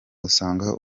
usanga